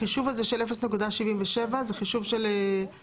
החישוב הזה של 0.077 זה חישוב של מי,